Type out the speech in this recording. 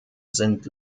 sind